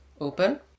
open